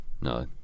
no